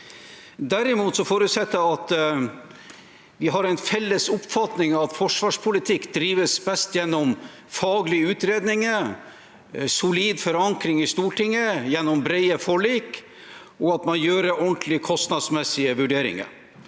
Derimot forutsetter jeg at vi har en felles oppfatning av at forsvarspolitikk drives best gjennom faglige utredninger og solid forankring i Stortinget gjennom brede forlik, at man gjør ordentlige kostnadsmessige vurderinger,